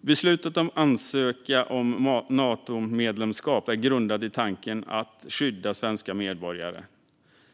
Beslutet att ansöka om Natomedlemskap är grundat i tanken om att skydda svenska medborgare.